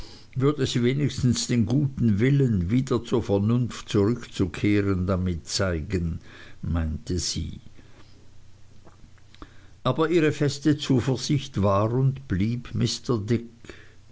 würde sie wenigstens den guten willen wieder zur vernunft zurückzukehren damit zeigen meinte sie aber ihre feste zuversicht war und blieb mr dick